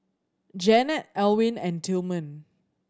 Janette Elwyn and Tillman